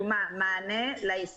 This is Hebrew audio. קודם כל, שאחר כך יבואו לריב על